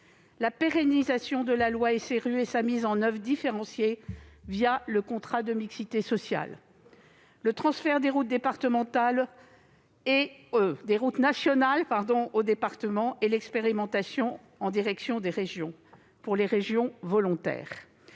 la pérennisation de la loi SRU et sa mise en oeuvre différenciée le contrat de mixité sociale, le transfert des routes nationales aux départements et l'expérimentation en direction des régions volontaires,